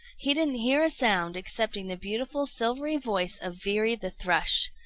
he didn't hear a sound excepting the beautiful silvery voice of veery the thrush.